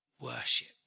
worship